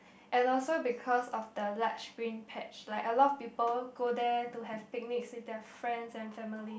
and also because of the large screen patch like a lot people go there to have a picnic with their friends and family